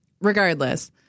Regardless